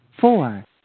Four